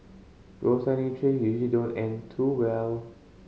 ghost hunting trips usually don't end too well